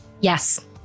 Yes